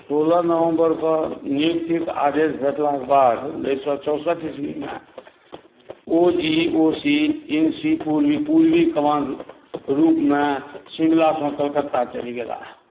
सोलह नवम्बरके नियुक्तिके आदेश भेटलाक बाद उनैस सओ चौंसठि ईस्वीमे O G O C in C पूर्वी कमानके रूपमे शिमलासँ कलकत्ता चलि गेलाह